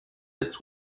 its